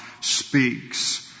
speaks